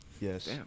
Yes